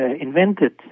invented